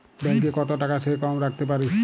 Bank এ কত টাকা কম সে কম রাখতে পারি?